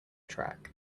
track